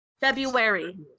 february